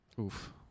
Oof